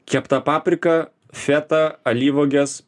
kepta paprika feta alyvuogės